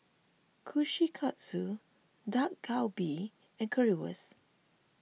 Kushikatsu Dak Galbi and Currywurst